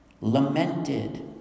lamented